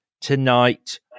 tonight